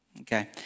Okay